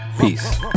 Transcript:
peace